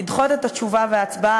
לדחות את התשובה וההצבעה,